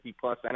plus